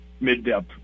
mid-depth